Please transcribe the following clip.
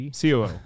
COO